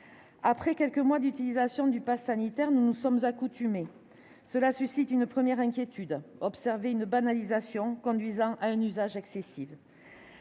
Après quelques mois d'utilisation du passe sanitaire, nous nous sommes accoutumés. Cela suscite une première inquiétude : cette banalisation pourrait conduire à un usage excessif.